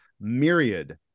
myriad